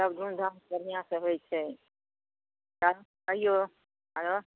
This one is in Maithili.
सब धूमधाम बढ़िआँ से होइत छै चाची कहियौ आरो